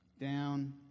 down